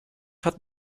hat